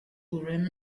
urim